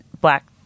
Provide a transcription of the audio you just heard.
black